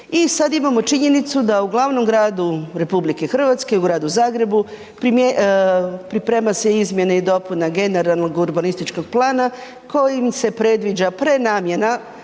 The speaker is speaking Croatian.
I sad imamo činjenicu da u glavnom gradu RH, u gradu Zagrebu priprema se izmjena i dopuna generalnog urbanističkog plana kojim se predviđa prenamjena